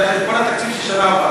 זה על חשבון התקציב של השנה הבאה.